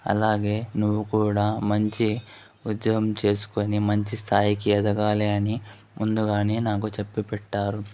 అలాగే నువ్వు కూడా మంచి ఉద్యోగం చేసుకొని మంచి స్థాయికి ఎదగాలని ముందుగానే నాకు చెప్పి పెట్టారు